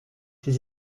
ces